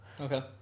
Okay